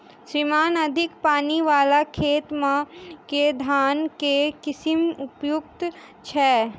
श्रीमान अधिक पानि वला खेत मे केँ धान केँ किसिम उपयुक्त छैय?